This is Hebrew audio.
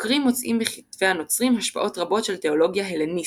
חוקרים מוצאים בכתבי הנוצרים השפעות רבות של תאולוגיה הלניסטית.